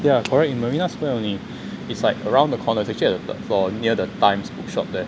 ya correct in marina square only it's like around the corner it's actually at like near the times bookshop there